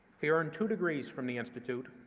he earned two degrees from the institute,